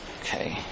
Okay